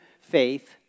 faith